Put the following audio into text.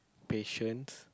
patience